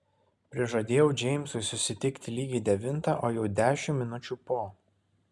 prižadėjau džeimsui susitikti lygiai devintą o jau dešimt minučių po